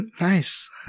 nice